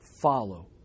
follow